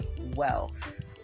wealth